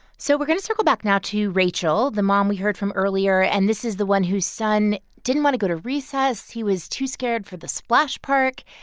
so we're going to circle back now to rachel, the mom we heard from earlier. and this is the one whose son didn't want to go to recess he was too scared for the splash park.